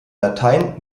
latein